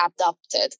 adopted